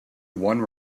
one